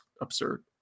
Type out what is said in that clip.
absurd